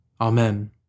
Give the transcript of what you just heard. Amen